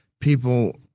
people